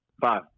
Five